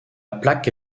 plaque